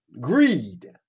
Greed